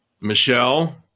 Michelle